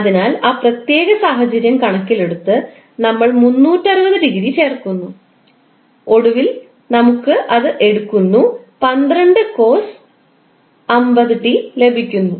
അതിനാൽ ആ പ്രത്യേക സാഹചര്യം കണക്കിലെടുത്ത് നമ്മൾ 360 ഡിഗ്രി ചേർക്കുന്നു ഒടുവിൽ നമുക്ക് അത് എടുക്കുന്നു 12 cos50𝑡 260 ലഭിക്കുന്നു